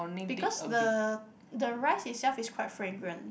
because the the rice itself is quite fragrant